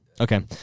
Okay